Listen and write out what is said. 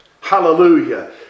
Hallelujah